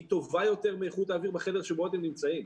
היא טובה יותר מאיכות האוויר בחדר שבו אתם נמצאים.